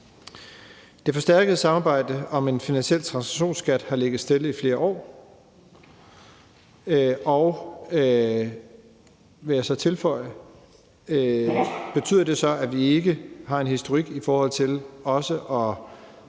Det forstærkede samarbejde om en finansiel transaktionsskat har ligget stille i flere år, og – vil jeg tilføje – betyder det så, at vi ikke har en historik i forhold til at